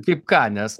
kaip ką nes